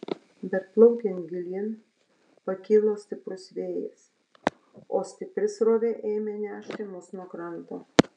bet plaukiant gilyn pakilo stiprus vėjas o stipri srovė ėmė nešti mus nuo kranto